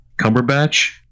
Cumberbatch